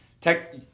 tech